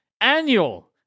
annual